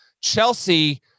Chelsea